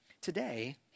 today